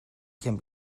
can